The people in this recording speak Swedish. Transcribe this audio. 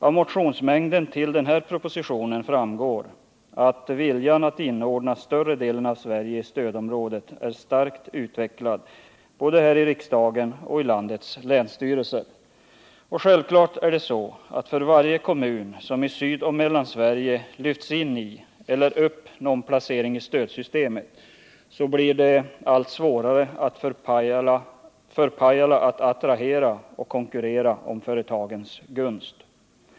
Av motionsmängden i anslutning till den här propositionen framgår att viljan att inordna större delen av Sverige i stödområdet är starkt utvecklad både här i riksdagen och i landets länsstyrelser. Och självfallet är det så att för varje kommun i Sydoch Mellansverige som lyfts in i eller fått en högre placering i stödsystemet, så blir exempelvis Pajala allt mindre attraktivt och får allt svårare att konkurrera om företagens gunst.